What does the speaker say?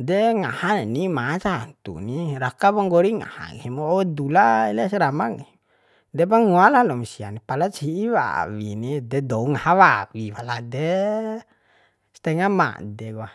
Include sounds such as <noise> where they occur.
de ngaha kai ni'ma tantu ni raka po nggori ngaha nggahim wor dula ele asrama nggahim depa ngoa lalom sia palas hi'i wawi ni de dou ngaha wawi pala de <hesitation> stenga made kua